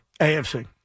AFC